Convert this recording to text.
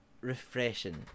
refreshing